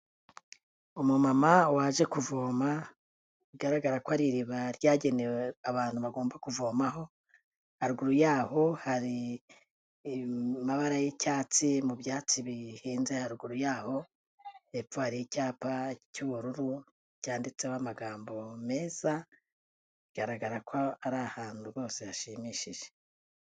Umumama waje kuvoma, bigaragara ko ari iriba ryagenewe abantu bagomba kuvomaho, haraguru y'aho hari amabara y'icyatsi mu byatsi bihinze haruguru y'aho, hepfo hari icyapa cy'ubururu, cyanditseho amagambo meza, bigaragara ko ari ahantu rwose hashimishije.